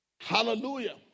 Hallelujah